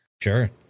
Sure